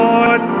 Lord